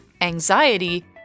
anxiety